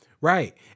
right